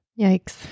Yikes